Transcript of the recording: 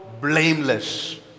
blameless